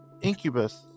Incubus